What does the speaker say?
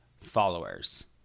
followers